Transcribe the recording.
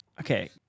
Okay